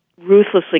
ruthlessly